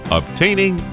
obtaining